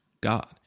God